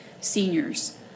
seniors